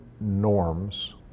norms